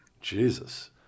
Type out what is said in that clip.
Jesus